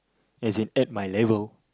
as in at my level